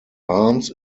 arms